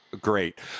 great